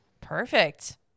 Perfect